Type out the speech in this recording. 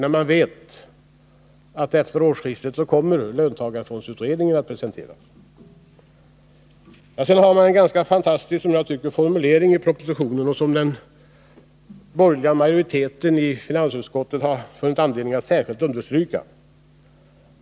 Ändå visste man att löntagarfondsutredningen efter årsskiftet kommer med sitt förslag. Sedan har man en — enligt min mening — ganska fantastisk formulering i propositionen som den borgerliga majoriteten i finansutskottet funnit anledning att särskilt understryka.